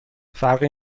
فرقی